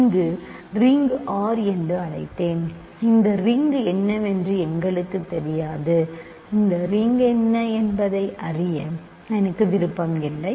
எனவே இந்த ring R என்று அழைக்கிறேன் இந்த ரிங் என்னவென்று எங்களுக்குத் தெரியாது இந்த ரிங்கு என்ன என்பதை அறிய எனக்கு விருப்பமில்லை